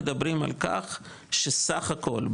מדברים על כך שסך הכול,